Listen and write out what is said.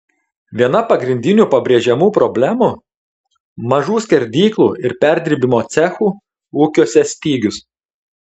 viena pagrindinių pabrėžiamų problemų mažų skerdyklų ir perdirbimo cechų ūkiuose stygius